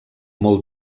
molt